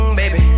baby